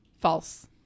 False